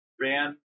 ran